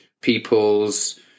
people's